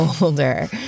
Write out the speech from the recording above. older